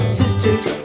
sisters